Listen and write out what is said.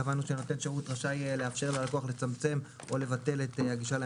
קבענו שנותן שירות יהיה רשאי לאפשר ללקוח לצמצם או לבטל את הגישה למידע.